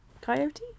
Coyote